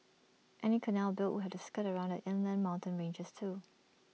any canal built would have to skirt around the inland mountain ranges too